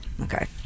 okay